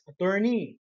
attorney